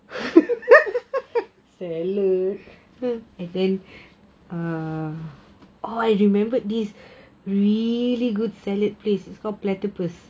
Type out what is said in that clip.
salad